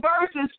verses